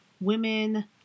women